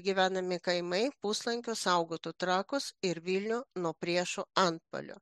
gyvenami kaimai puslankiu saugotų trakus ir vilnių nuo priešo antpuolio